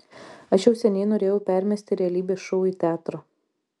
aš jau seniai norėjau permesti realybės šou į teatrą